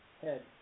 head